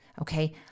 Okay